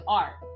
art